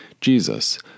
Jesus